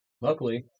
luckily